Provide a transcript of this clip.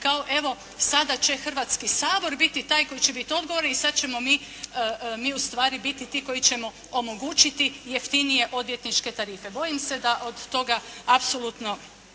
kao evo sada će Hrvatski sabor biti taj koji će biti odgovoran i sad ćemo mi u stvari biti ti koji ćemo omogućiti jeftinije odvjetničke tarife. Bojim se da od toga apsolutno